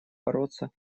бороться